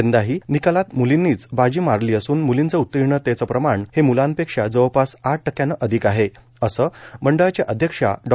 यंदाही निकालात म्लींनीच बाजी मारली असून म्लींचं उत्तीर्णतेचं प्रमाण हे म्लांपेक्षा जवळपास आठ टक्क्यानं अधिक आहे असं मंडळाच्या अध्यक्षा डॉ